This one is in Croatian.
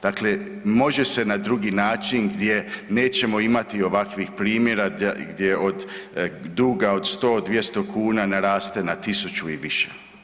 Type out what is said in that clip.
Dakle, može se na drugi način gdje nećemo imati ovakvih primjera gdje od duga od 100-200 kuna naraste na tisuću i više.